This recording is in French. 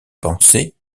pensée